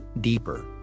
deeper